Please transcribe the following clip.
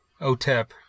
OTEP